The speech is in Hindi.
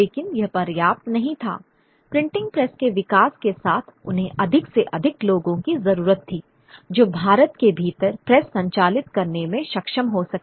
लेकिन यह पर्याप्त नहीं था प्रिंटिंग प्रेस के विकास के साथ उन्हें अधिक से अधिक लोगों की जरूरत थी जो भारत के भीतर प्रेस संचालित करने में सक्षम हो सके